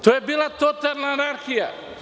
To je bila totalna anarhija.